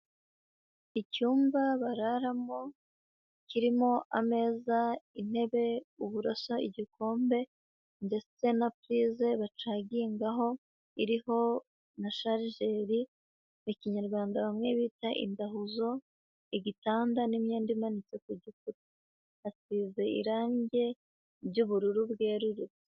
Icyumba bararamo kirimo ameza, intebe, uburoso, igikombe ndetse na prise bacagingaho. Iriho na chargeur mu Kinyarwanda bamwe bita indahuzo, igitanda n'imyenda imanitse ku gikuta. Hasize irangi ry'ubururu bwerurutse.